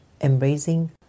Embracing